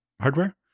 hardware